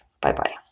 Bye-bye